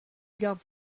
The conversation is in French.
garde